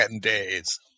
days